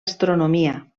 astronomia